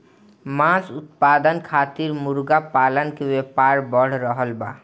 मांस उत्पादन खातिर मुर्गा पालन के व्यापार बढ़ रहल बा